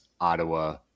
Ottawa